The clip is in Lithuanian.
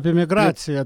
apie migraciją